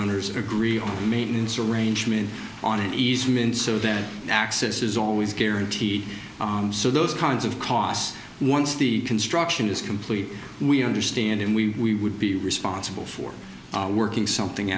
owners agree on maintenance arrangement on an easement so that access is always guaranteed so those kinds of costs once the construction is complete we understand and we would be responsible for working something